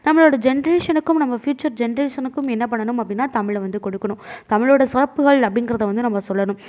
நம்மளோட ஜென்ரேஷனுக்கும் நம்மளோட ப்யூச்சர் ஜென்ரேஷனுக்கும் என்ன பண்ணணும் அப்படினா தமிழை வந்து கொடுக்கணும் தமிழோட சிறப்புகள் அப்படிங்கிறத வந்து நம்ம சொல்லணும்